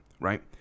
right